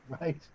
right